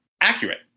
accurate